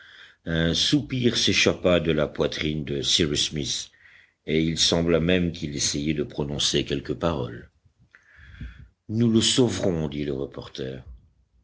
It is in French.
un soupir s'échappa de la poitrine de cyrus smith et il sembla même qu'il essayait de prononcer quelques paroles nous le sauverons dit le reporter